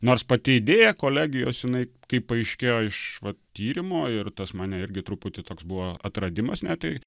nors pati idėja kolegijos jinai kaip paaiškėjo iš vat tyrimo ir tas mane irgi truputį toks buvo atradimas ne tai